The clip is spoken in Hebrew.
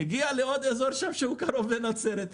הגיע לעוד אזור שם שהוא קרוב לנצרת.